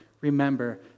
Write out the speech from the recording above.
remember